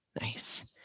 Nice